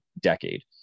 decade